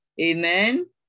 Amen